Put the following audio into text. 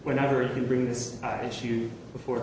whenever it can bring this issue before